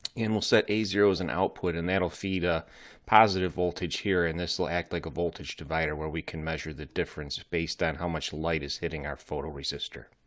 and we'll set a zero as an output and that will feed a positive voltage here and this will act like a voltage divider, where we can measure the difference based on how much light is hitting our photoresistor.